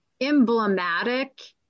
emblematic